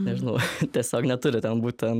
nežinau tiesiog neturi ten būt ten